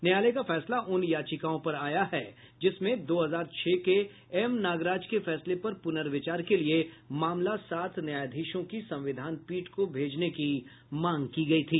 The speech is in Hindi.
न्यायालय का फैसला उन याचिकाओं पर आया है जिसमें दो हजार छह के एम नागराज के फैसले पर प्रनर्विचार के लिये मामला सात न्यायाधीशों की संविधान पीठ को भेजने की मांग की गयी थी